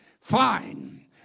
Fine